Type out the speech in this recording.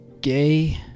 gay